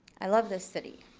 i love this city,